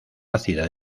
ácida